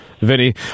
Vinny